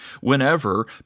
whenever